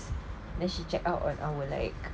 then she check up on our like